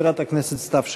חברת הכנסת סתיו שפיר.